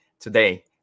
Today